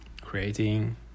creating